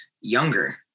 younger